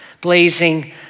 blazing